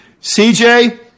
CJ